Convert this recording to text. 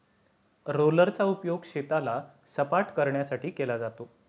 रोलरचा उपयोग शेताला सपाटकरण्यासाठी केला जातो